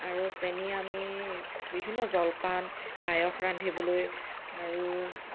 আৰু চেনী আমি বিভিন্ন জলপান পায়স ৰান্ধিবলৈ আৰু